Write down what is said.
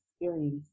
experience